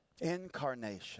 Incarnation